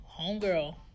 homegirl